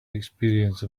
experience